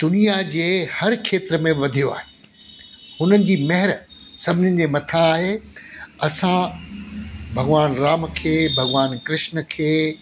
दुनिया जे हर खेत्र में वधयो आहे हुननि जी मेहर सभिनीनि जे मथां आहे असां भगवानु राम खे भगवानु कृष्ण खे